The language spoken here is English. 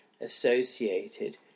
associated